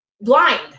blind